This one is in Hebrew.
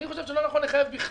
אני חושב שזה לא נכון לחייב בכלל,